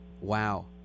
Wow